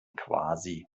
quasi